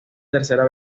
tercera